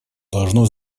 должно